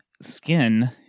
skin